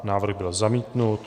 Návrh byl zamítnut.